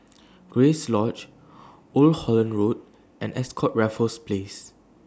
Grace Lodge Old Holland Road and Ascott Raffles Place